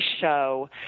show